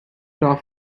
top